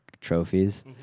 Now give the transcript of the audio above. trophies